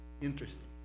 Interesting